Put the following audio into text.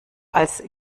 als